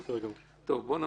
אבל אני